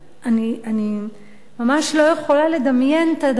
אני ממש לא יכולה לדמיין את הדבר הזה,